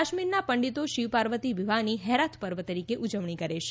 કાશ્મીરના પંડિતો શિવ પાર્વતી વિવાહની હેરાથ પર્વ તરીકે ઉજવણી કરે છે